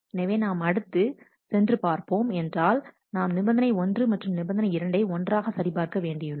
எனவே நாம் அடுத்து சென்று பார்த்தோம் என்றால் நாம் நிபந்தனை 1 மற்றும் நிபந்தனை இரண்டை ஒன்றாக சரி பார்க்க வேண்டியுள்ளது